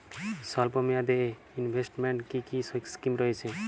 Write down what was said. স্বল্পমেয়াদে এ ইনভেস্টমেন্ট কি কী স্কীম রয়েছে?